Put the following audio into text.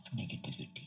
negativity